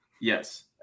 Yes